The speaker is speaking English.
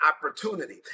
opportunity